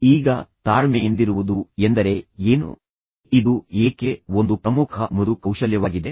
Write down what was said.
ಈಗ ತಾಳ್ಮೆಯಿಂದಿರುವುದು ಎಂದರೆ ಏನು ಇದು ಏಕೆ ಒಂದು ಪ್ರಮುಖ ಮೃದು ಕೌಶಲ್ಯವಾಗಿದೆ